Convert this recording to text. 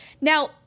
Now